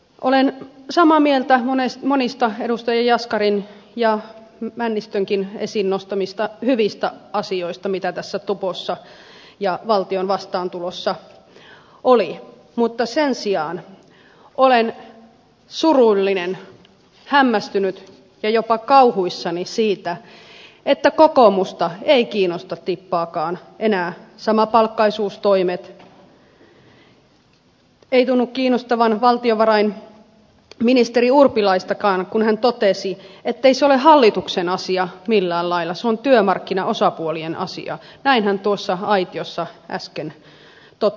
olen samaa mieltä monista edustaja jaskarin ja männistönkin esiin nostamista hyvistä asioista mitä tässä tupossa ja valtion vastaantulossa oli mutta sen sijaan olen surullinen hämmästynyt ja jopa kauhuissani siitä että kokoomusta eivät kiinnosta tippaakaan enää samapalkkaisuustoimet eivät tunnu kiinnostavan valtiovarainministeri urpilaistakaan kun hän totesi ettei se ole hallituksen asia millään lailla se on työmarkkinaosapuolien asia näin hän tuossa aitiossa äsken totesi